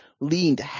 leaned